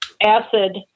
acid